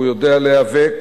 והוא יודע להיאבק,